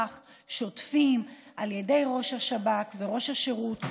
שוטפים על ידי ראש השב"כ וראש השירות,